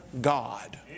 God